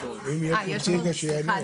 סליחה.